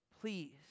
Please